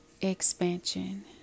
Expansion